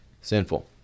sinful